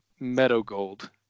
Meadowgold